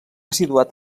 situat